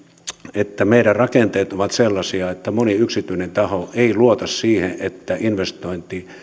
että meidän rakenteet ovat sellaisia että moni yksityinen taho ei luota siihen investointiin